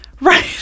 right